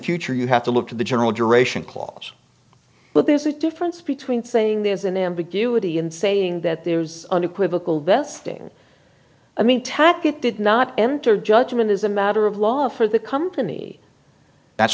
future you have to look to the general duration clause but there's a difference between saying there's an ambiguity in saying that there's unequivocal this there i mean tactic did not enter judgment as a matter of law for the company that's